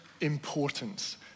importance